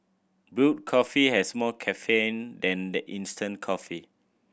brewed coffee has more caffeine than the instant coffee